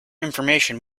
information